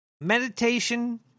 Meditation